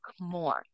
more